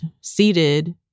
seated